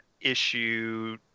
issue